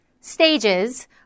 stages